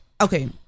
Okay